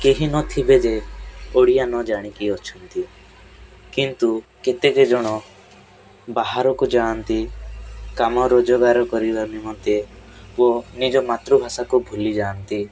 କେହି ନଥିବେ ଯେ ଓଡ଼ିଆ ନ ଜାଣିକି ଅଛନ୍ତି କିନ୍ତୁ କେତେ ଯେ ଜଣ ବାହାରକୁ ଯାଆନ୍ତି କାମ ରୋଜଗାର କରିବା ନିମନ୍ତେ ଓ ନିଜ ମାତୃଭାଷାକୁ ଭୁଲି ଯାଆନ୍ତି